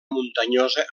muntanyosa